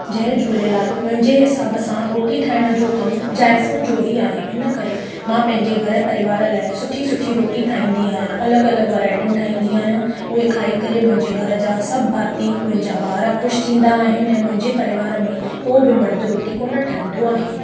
जय झूलेलाल मुंहिंजे हिसाब सां रोटी ठाइण जो कमु ज़ाइफ़ुनि जो ई आहे इन करे मां पंहिंजे घर परिवार लाइ सुठी सुठी रोटी ठाहींदी आहियां अलॻि अलॻि वैरायटियूं ठाहींदी आहियां उहे खाई करे मुंहिंजे घर जा सब भाती मुंहिंजा ॿार ख़ुशि थींदा आहिनि ऐं मुंहिंजे परिवार में को बि मर्दु रोटी कोन ठाहींदो आहे